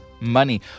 money